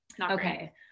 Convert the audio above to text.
Okay